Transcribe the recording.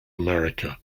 america